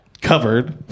covered